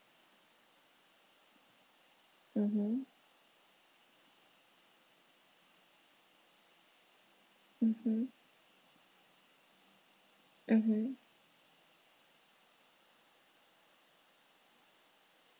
mmhmm mmhmm mmhmm